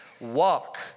Walk